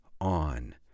on